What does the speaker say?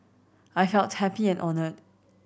I felt happy and honoured